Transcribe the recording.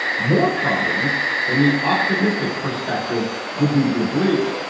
more problems than the optimistic perspective would lead you to believe.